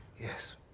Yes